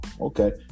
okay